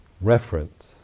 reference